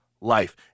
Life